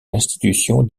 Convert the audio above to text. l’institution